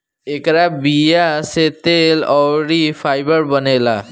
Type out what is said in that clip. एकरा बीया से तेल अउरी फाइबर बनेला